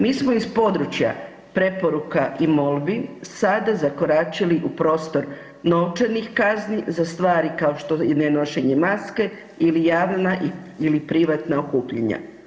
Mi smo iz područja preporuka i molbi sa zakoračili u prostor novčanih kazni za stvari kao što je nenošenje maske ili javna ili privatna okupljanja.